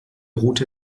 route